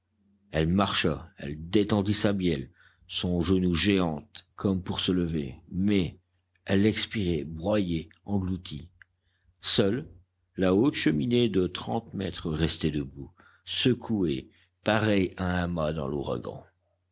elle marcha elle détendit sa bielle son genou de géante comme pour se lever mais elle expirait broyée engloutie seule la haute cheminée de trente mètres restait debout secouée pareille à un mât dans l'ouragan